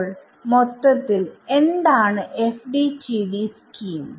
അപ്പോൾ മൊത്തത്തിൽ എന്താണ് FDTD സ്കീം